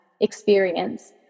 experience